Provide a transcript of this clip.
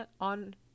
on